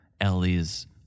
Ellie's